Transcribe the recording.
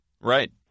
Right